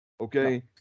Okay